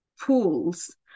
pools